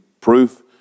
proof